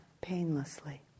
painlessly